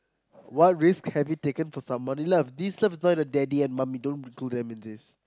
what risk have you taken for someone you love please exclude daddy and mummy don't include them in this